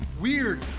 weird